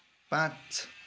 पाँच